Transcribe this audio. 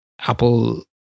Apple